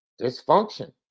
Dysfunction